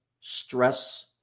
stress